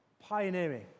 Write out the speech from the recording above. pioneering